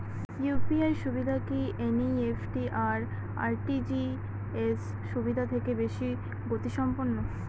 UPI সুবিধা কি NEFT আর আর.টি.জি.এস সুবিধা থেকে বেশি গতিসম্পন্ন?